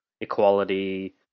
equality